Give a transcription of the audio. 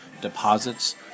deposits